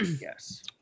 Yes